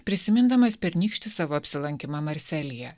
prisimindamas pernykštį savo apsilankymą marselyje